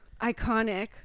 Iconic